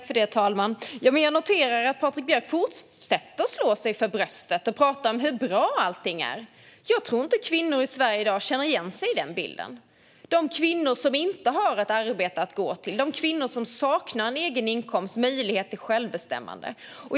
Fru talman! Jag noterar att Patrik Björck fortsätter att slå sig för bröstet och tala om hur bra allting är. Jag tror inte att kvinnor i Sverige i dag känner igen sig i den bilden. Det handlar om kvinnor som inte har ett arbete att gå till och som saknar en egen inkomst och möjlighet till självbestämmande.